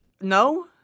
No